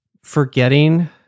Forgetting